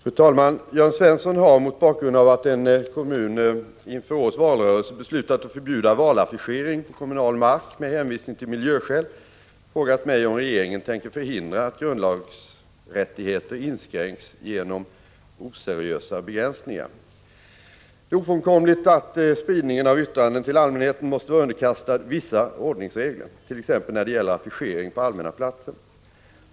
Fru talman! Jörn Svensson har, mot bakgrund av att en kommun inför årets valrörelse beslutat att förbjuda valaffischering på kommunal mark med hänvisning till ”miljöskäl”, frågat mig om regeringen tänker förhindra att grundlagsrättigheter inskränks genom oseriösa begränsningar. Det är ofrånkomligt att spridningen av yttranden till allmänheten måste vara underkastad vissa ordningsregler, t.ex. när det gäller affischering på allmänna platser.